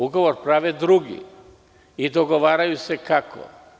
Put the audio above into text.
Ugovor prave drugi i dogovaraju se kako.